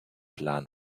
plan